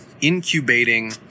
incubating